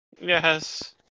Yes